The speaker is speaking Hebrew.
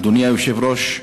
אדוני היושב-ראש,